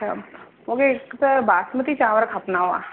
अच्छा मूंखे हिकु त बासमती चांवर खपंदा हुआ